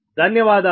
ధన్యవాదాలు